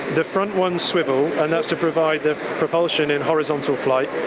the front ones swivel, and that's to provide the propulsion in horizontal flight,